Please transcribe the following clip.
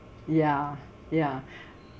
ya ya